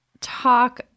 talk